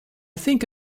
think